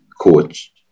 coach